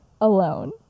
alone